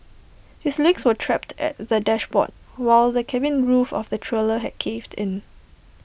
his legs were trapped at the dashboard while the cabin roof of the trailer had caved in